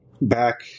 back